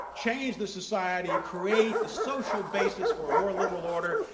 change the society, create the social basis for a more liberal order,